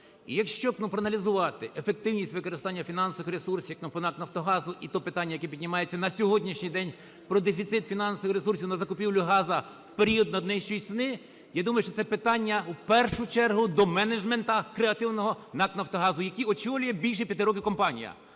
Якщо проаналізувати ефективність використання фінансових ресурсів по НАК "Нафтогазу" і те питання, яке піднімається на сьогоднішній день, про дефіцит фінансових ресурсів на закупівлю газу в період найнижчої ціни, я думаю, що це питання, в першу чергу, до менеджменту креативного НАК "Нафтогазу", який очолює більше 5 років компанія,